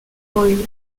oil